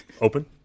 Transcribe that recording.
open